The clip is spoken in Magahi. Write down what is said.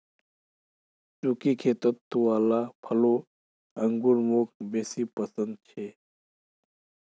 सुखी खेती वाला फलों अंगूर मौक बेसी पसन्द छे